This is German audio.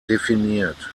definiert